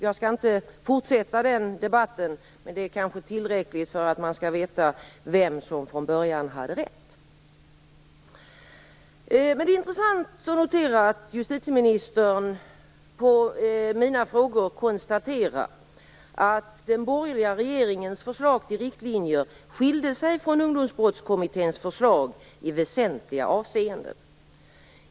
Jag skall inte fortsätta den debatten. Det sagda är kanske tillräckligt för att man skall veta vem som från början hade rätt. Men det är intressant att notera att justitieministern på mina frågor konstaterar att den borgerliga regeringens förslag till riktlinjer i väsentliga avseenden skilde sig från Ungdomsbrottskommitténs förslag.